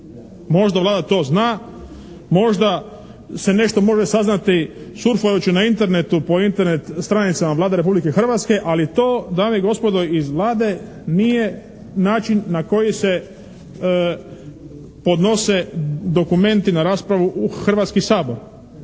Možda Vlada to zna. Možda se nešto može saznati surfajući na Internetu, po Internet stranicama Vlade Republike Hrvatske ali to dame i gospodo iz Vlade nije način na koji se podnose dokumenti na raspravu u Hrvatski sabor.